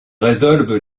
résolvent